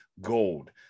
gold